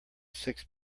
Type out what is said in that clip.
six